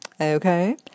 Okay